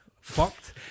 fucked